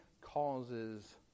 causes